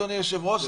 אדוני היושב ראש,